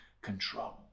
control